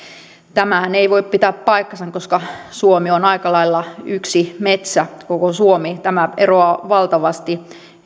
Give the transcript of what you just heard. tämähän ei voi pitää paikkaansa koska koko suomi on aika lailla yksi metsä tämä eroaa valtavasti